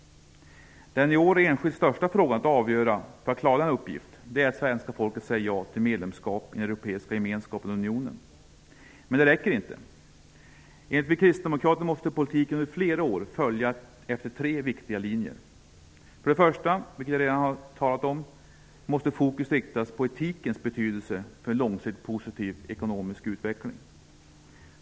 Den i år enskilt största frågan för att klara denna uppgift är att svenska folket säger ja till medlemskap i den europeiska gemenskapen och unionen. Men det räcker inte. Enligt oss kristdemokrater måste politiken under flera år följa efter tre viktiga linjer: För det första, vilket jag redan har talat om, måste fokus riktas på etikens betydelse för en långsiktigt positiv ekonomisk utveckling.